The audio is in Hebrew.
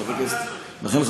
לכן,